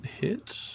hit